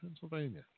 Pennsylvania